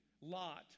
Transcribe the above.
Lot